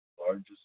largest